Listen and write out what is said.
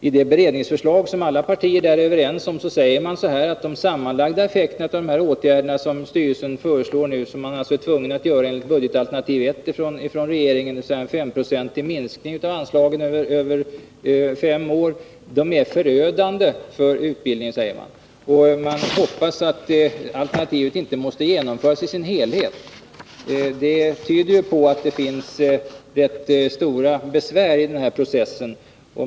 I det beredningsförslag som alla partier där är överens om sägs att de sammanlagda effekterna av de åtgärder som styrelsen föreslår och som man alltså är tvungen att vidta enligt budgetalternativ 1 från regeringen — dvs. en femtonprocentig minskning av anslagen över fem år — är förödande för utbildningen. Vidare hoppas man att alternativet inte måste genomföras i sin helhet. Detta tyder på att det finns rätt stora besvärligheter i denna process.